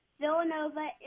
villanova